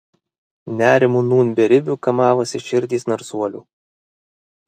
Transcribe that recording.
nerimu nūn beribiu kamavosi širdys narsuolių